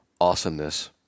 awesomeness